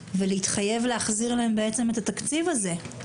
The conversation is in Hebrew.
להתחייב להחזיר להם את התקציב הזה.